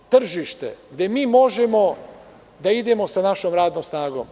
To je tržište gde možemo da idemo sa našom radnom snagom.